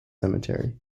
cemetery